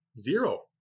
zero